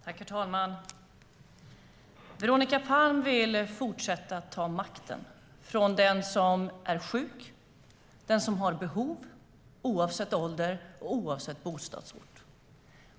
Herr talman! Veronica Palm vill fortsätta att ta makten från den som är sjuk, den som har behov, oavsett ålder och oavsett bostadsort.